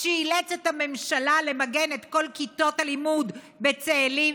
שאילץ את הממשלה למגן את כל כיתות הלימוד בצאלים,